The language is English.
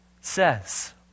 says